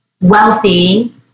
wealthy